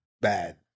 bad